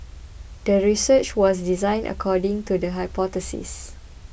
the research was designed according to the hypothesis